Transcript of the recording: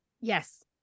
yes